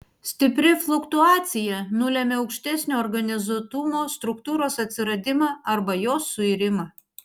stipri fluktuacija nulemia aukštesnio organizuotumo struktūros atsiradimą arba jos suirimą